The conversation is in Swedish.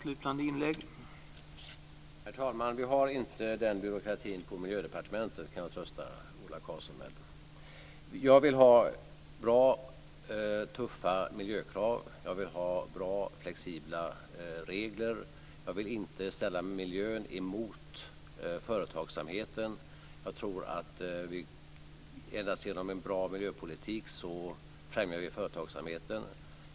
Herr talman! Vi har inte den byråkratin på Miljödepartementet kan jag trösta Ola Karlsson med. Jag vill ha bra, tuffa miljökrav, och jag vill ha bra, flexibla regler. Jag vill inte ställa miljön mot företagsamheten. Jag tror att vi endast genom en bra miljöpolitik främjar företagsamheten.